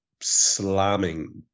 slamming